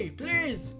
please